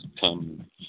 come